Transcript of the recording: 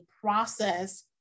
process